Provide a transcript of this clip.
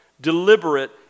deliberate